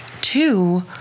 two